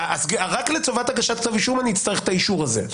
רק לטובת הגשת כתב אישום אני אצטרך את האישור הזה,